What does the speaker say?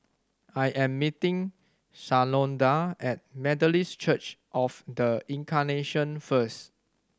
I am meeting Shalonda at Methodist Church Of The Incarnation first